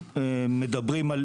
כמובן, אנחנו מדברים על